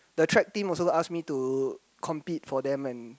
the trap team also ask me to compete for them and